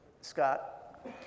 Scott